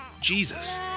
Jesus